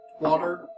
water